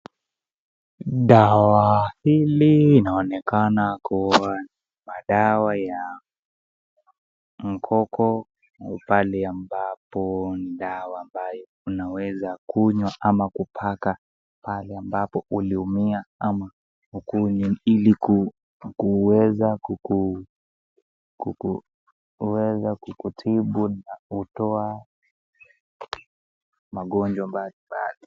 Dawa hili linaonekana kuwa ni madawa ya mgongo pale ambapo ni dawa ambayo unaweza kunywa ama kupaka pale ambapo uliumia ama ukinywa ili kuweza kukutibu na utoe magonjwa mbalimbali.